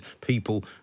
people